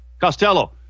Costello